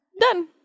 done